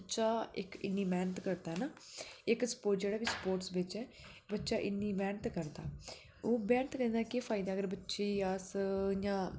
बच्चा इक इनी मैहनत करदा है ना इक जेहड़ा बी स्पोर्टस बिच ऐ बच्चा इन्नी मैहनत करदा ओह् मैहनत करने दा केह् फायदा अगर बच्चे गी अस इयां